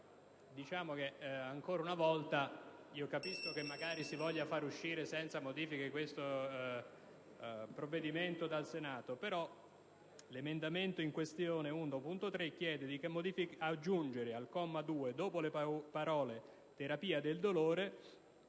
1.3. Ancora una volta capisco che si voglia far uscire senza modifiche questo provvedimento dal Senato, però l'emendamento 1.3 chiede di aggiungere al comma 2, dopo le parole «terapia del dolore»,